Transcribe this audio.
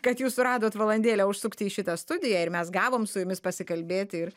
kad jūs suradot valandėlę užsukti į šitą studiją ir mes gavom su jumis pasikalbėti ir